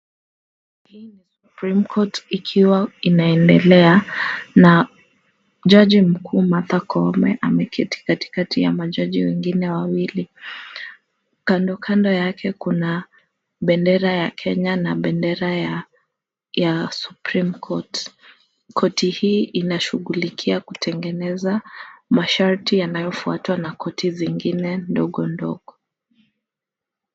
Supreme Court ikiwa inaendelea na jaji mkuu Martha Koome ameketi katikati ya majaji wengine wawili, Kando kando yake, kuna bendera ya Kenya na bendera ya Supreme Court , Koti hii inashughulikia kutengeneza masharti yanayofuatwa na koti zingine ndogo ndogo.